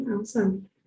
Awesome